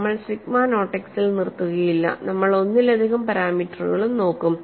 നമ്മൾ sigma not x ൽ നിർത്തുകയില്ല നമ്മൾ ഒന്നിലധികം പാരാമീറ്ററുകളും നോക്കും